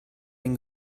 den